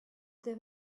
there